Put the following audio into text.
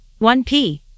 1P